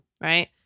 right